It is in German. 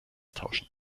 tauschen